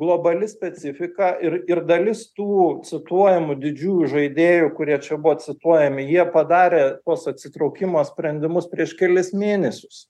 globali specifika ir ir dalis tų cituojamų didžiųjų žaidėjų kurie čia buvo cituojami jie padarė tuos atsitraukimo sprendimus prieš kelis mėnesius